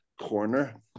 corner